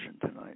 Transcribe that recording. tonight